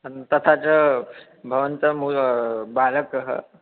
अन्यथा तथा चा भवन्तः मम बालकः